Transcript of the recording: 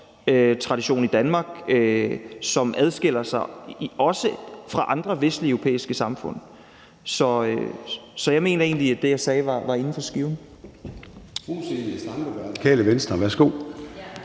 åndstradition i Danmark, som adskiller sig også fra andre vestlige europæiske samfund. Så jeg mener egentlig, at det, jeg sagde, var inden for skiven.